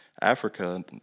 Africa